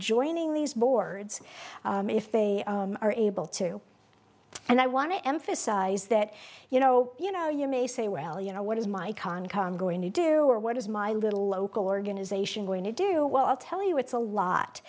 joining these boards if they are able to and i want to emphasize that you know you know you may say well you know what is my concord going to do or what is my little local organising going to do well i'll tell you it's a lot